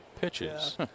pitches